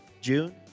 June